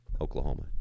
Oklahoma